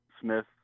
Smith